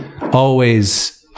Always-